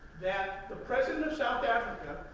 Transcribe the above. that the president of south africa,